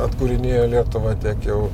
atkūrinėjo lietuvą tiek jau